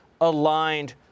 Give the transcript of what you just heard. aligned